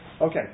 Okay